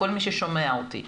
כל מי ששומע אותי,